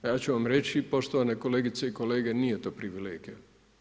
A ja ću vam reći poštovane kolegice i kolege nije to privilegija.